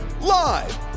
Live